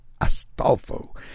Astolfo